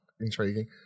intriguing